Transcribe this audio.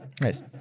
Nice